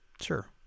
sure